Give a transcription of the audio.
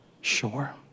sure